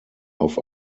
auf